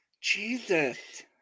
Jesus